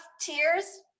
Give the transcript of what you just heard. tears